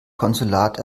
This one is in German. konsulat